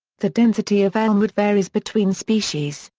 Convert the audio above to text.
the density of elm wood varies between species,